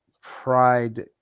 pride